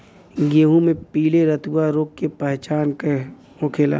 गेहूँ में पिले रतुआ रोग के पहचान का होखेला?